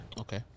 Okay